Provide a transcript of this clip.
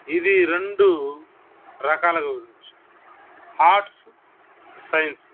ఇది రెండు రకాలుగా ఉండచ్చు ఆర్ట్స్ సైన్స్